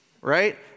right